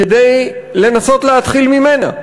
כדי לנסות להתחיל ממנה.